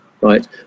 right